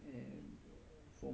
oh